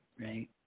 right